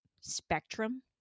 spectrum